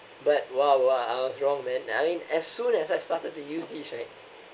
but !wah! !wah! I was wrong man I mean as soon as I started to use this right